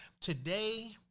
today